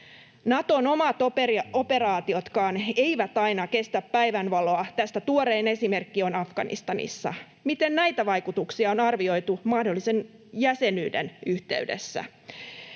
Naton omat operaatiotkaan eivät aina kestä päivänvaloa, tästä tuorein esimerkki on Afganistanista. Miten näitä vaikutuksia on arvioitu mahdollisen jäsenyyden yhteydessä?